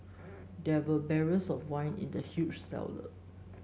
there were barrels of wine in the huge cellar